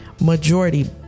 majority